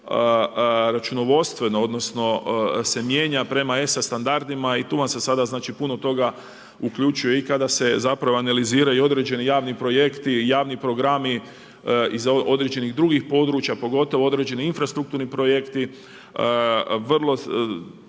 računovodstveno, odnosno se mijenja prema ESA standardima i tu vam se sada puno toga uključuje i kada se zapravo analizira i određeni javni projekt, javni programi iz određenih drugih područja, pogotovo određeni infrastrukturni projekti, vrlo